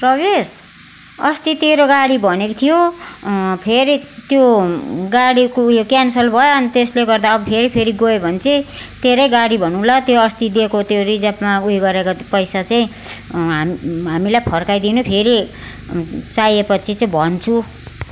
प्रवेश अस्ति तेरो गाडी भनेको थियो फेरि त्यो गाडीको उयो क्यान्सल भयो अनि त्यसले गर्दा अब फेरि फेरि गयो भने चाहिँ तेरै गाडी भनौँला त्यो अस्ति दिएको त्यो रिजर्भमा उयो गरेको पैसा चाहिँ हाम हामीलाई फर्काइदिनु फेरि चाहिए पछि चाहिँ भन्छु